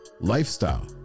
lifestyle